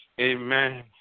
Amen